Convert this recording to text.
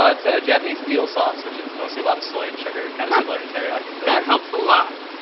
ah it's ah japanese eel sauce which is mostly a lot of soy and sugar, kinda similar to teriyaki. but that helps a lot.